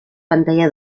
pantalla